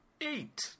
eight